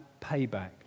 payback